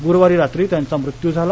गुरुवारी रात्री यांचा मृत्यु झाला